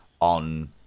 on